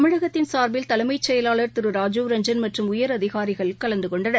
தமிழகத்தின் சார்பில் தலைமைச் செயலாளர் திரு ராஜீவ் ரஞ்சன் மற்றும் உயரதிகாரிகள் கலந்து கொண்டனர்